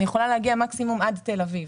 אני יכולה להגיע מקסימום עד תל אביב,